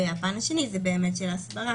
הפן השני הוא של הסברה,